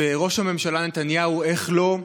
וראש הממשלה נתניהו, איך לא?